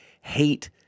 hate